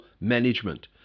management